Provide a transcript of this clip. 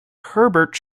herbert